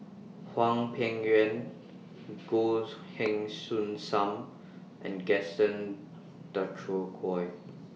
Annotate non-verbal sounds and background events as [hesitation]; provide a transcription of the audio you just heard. [noise] Hwang Peng Yuan [hesitation] Goh Heng Soon SAM and Gaston Dutronquoy